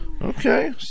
Okay